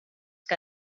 que